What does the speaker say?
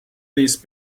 these